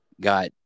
got